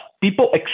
people